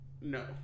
No